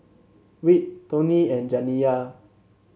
Whit Toni and Janiya